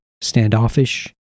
standoffish